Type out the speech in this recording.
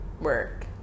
work